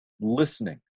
Listening